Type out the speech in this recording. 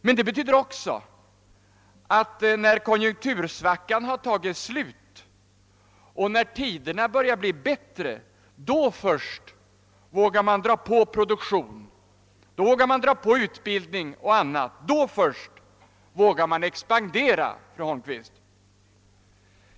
Men detta betyder också att man först när konjunktursvackan har upphört och tiderna börjar förbättras vågar öka produktionen, sätta i gång utbildningsverksamhet o.s. v. Då först vågar man expandera, fru Holmqvist.